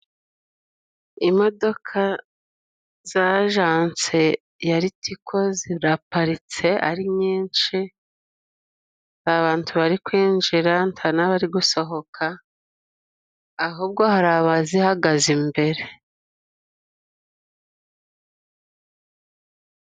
Imodoka za janse yari litiko ziraparitse ari nyinshi, abantu bari kwinjira nta n'abari gusohoka, ahubwo hari abazihagaze imbere.